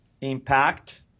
impact